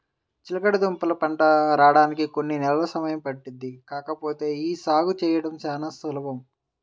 చిలకడదుంపల పంట రాడానికి కొన్ని నెలలు సమయం పట్టుద్ది కాకపోతే యీ సాగు చేయడం చానా సులభం